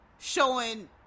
showing